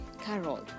Carol